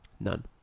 None